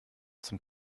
zum